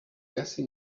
casi